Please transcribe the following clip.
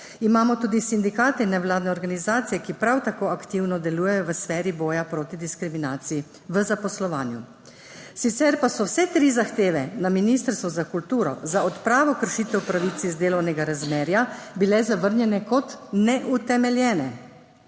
Imamo tudi sindikate, nevladne organizacije, ki prav tako aktivno delujejo v sferi boja proti diskriminaciji v zaposlovanju. Sicer pa so vse tri zahteve na ministrstvu za kulturo za odpravo kršitev pravic iz delovnega razmerja bile zavrnjene kot neutemeljene.